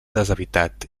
deshabitat